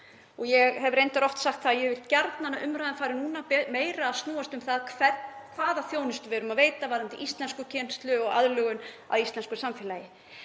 og ég hef reyndar oft sagt það að ég vil gjarnan að umræðan fari núna meira að snúast um það hvaða þjónustu við erum að veita varðandi íslenskukennslu og aðlögun að íslensku samfélagi.